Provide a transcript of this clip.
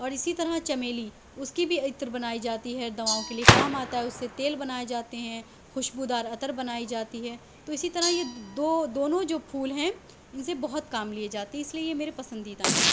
اور اسی طرح چمیلی اس کی بھی عطر بنائی جاتی ہے دواؤں کے لیے کام آتا ہے اس سے تیل بنائے جاتے ہیں خوشبودار عطر بنائی جاتی ہے تو اسی طرح یہ دو دونوں جو پھول ہیں ان سے بہت کام لیے جاتے ہیں اس لیے یہ میرے پسندیدہ ہیں